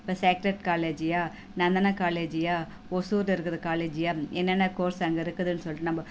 இப்போ சேக்டர் காலேஜியா நந்தன காலேஜியா ஒசூரில் இருக்கிற காலேஜியா என்னென்ன கோர்ஸ் அங்கே இருக்குதுன்னு சொல்லிட்டு நம்ம